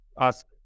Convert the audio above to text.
ask